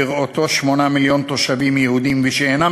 בראותו 8 מיליון תושבים יהודים ושאינם